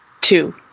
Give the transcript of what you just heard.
two